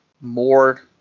more